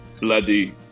bloody